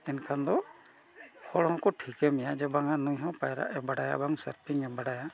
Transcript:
ᱮᱱᱠᱷᱟᱱ ᱫᱚ ᱦᱚᱲ ᱦᱚᱸᱠᱚ ᱴᱷᱤᱠᱟᱹ ᱢᱮᱭᱟ ᱡᱮ ᱵᱟᱝᱟ ᱱᱩᱭᱦᱚᱸ ᱯᱟᱭᱨᱟᱜ ᱮ ᱵᱟᱲᱟᱭᱟ ᱵᱟᱝ ᱮ ᱵᱟᱲᱟᱭᱟ